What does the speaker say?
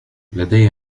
لدي